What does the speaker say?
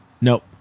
Nope